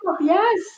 yes